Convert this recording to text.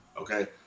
Okay